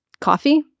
Coffee